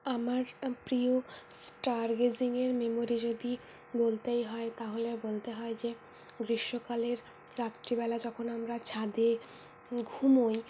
আমার প্রিয় স্টার গেজিংয়ের মেমরি যদি বলতেই হয় তাহলে বলতে হয় যে গ্রীষ্মকালের রাত্রিবেলা যখন আমরা ছাদে ঘুমোই